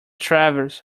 travis